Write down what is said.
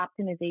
optimization